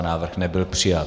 Návrh nebyl přijat.